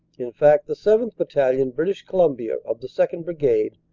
in fact, the seventh. battalion, british columbia, of the second. brigade.